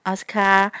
Oscar